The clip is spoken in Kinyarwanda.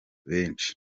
benshi